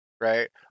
Right